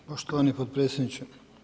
Poštovani potpredsjedniče.